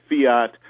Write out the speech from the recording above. fiat